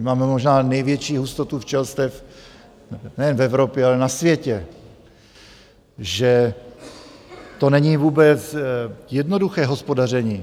My máme možná největší hustotu včelstev nejen v Evropě, ale na světě, že to není vůbec jednoduché hospodaření.